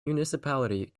municipality